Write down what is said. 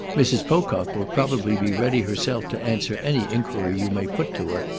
mrs pocock will probably be ready herself to answer any enquiry you may put to her.